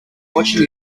watching